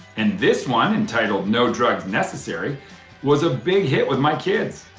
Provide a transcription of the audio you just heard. and this one entitled no drugs necessary was a big hit with my kids.